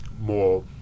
more